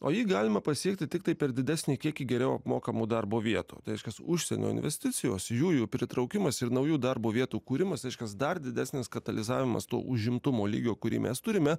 o jį galima pasiekti tiktai per didesnį kiekį geriau apmokamų darbo vietų tai reiškias užsienio investicijos jų jų pritraukimas ir naujų darbo vietų kūrimas reiškias dar didesnis katalizavimas to užimtumo lygio kurį mes turime